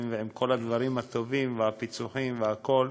ועם כל הדברים הטובים והפיצוחים והכול.